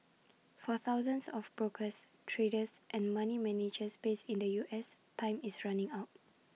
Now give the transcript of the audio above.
for thousands of brokers traders and money managers based in the U S time is running out